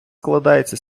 складається